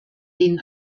denen